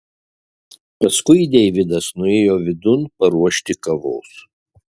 paskui deividas nuėjo vidun paruošti kavos